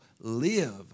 live